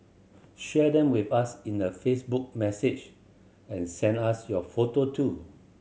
share them with us in a Facebook message and send us your photo too